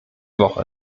woche